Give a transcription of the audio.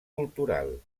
cultural